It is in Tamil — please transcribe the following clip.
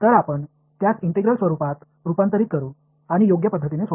எனவே நாம் அதை இன்டெக்ரல் வடிவமாக மாற்றலாம் மற்றும் அதை சரியான முறையில் தீர்க்கலாம்